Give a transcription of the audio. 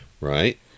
right